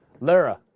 Lara